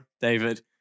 David